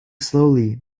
slowly